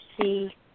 see